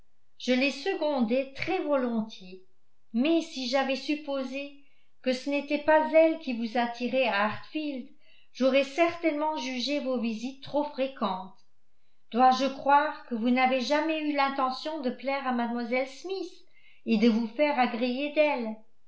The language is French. je les secondais très volontiers mais si j'avais supposé que ce n'étais pas elle qui vous attirait à hartfield j'aurais certainement jugé vos visites trop fréquentes dois-je croire que vous n'avez jamais eu l'intention de plaire à mlle smith et de vous faire agréer d'elle